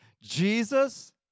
Jesus